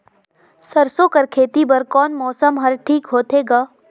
सरसो कर खेती बर कोन मौसम हर ठीक होथे ग?